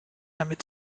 damit